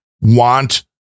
want